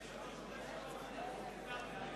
אולי אפשר להתחיל מתי"ו ולא מאל"ף?